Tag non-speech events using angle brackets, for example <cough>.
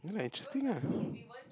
no lah interesting ah <breath>